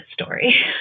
story